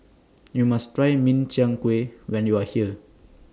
YOU must Try Min Chiang Kueh when YOU Are here